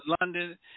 London